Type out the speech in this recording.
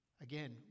again